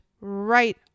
right